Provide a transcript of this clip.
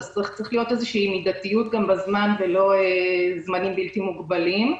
אז צריכה להיות מידתיות גם בזמן ולא זמנים בלי מוגבלים.